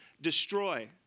destroy